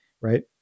right